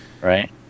right